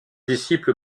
disciple